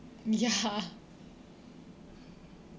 ya